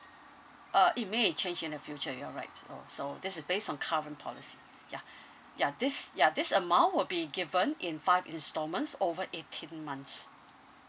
uh it may change in the future you're right oh so this is based on current policy ya ya this ya this amount will be given in five installments over eighteen months